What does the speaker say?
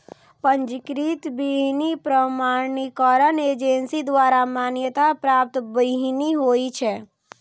पंजीकृत बीहनि प्रमाणीकरण एजेंसी द्वारा मान्यता प्राप्त बीहनि होइ छै